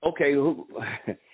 okay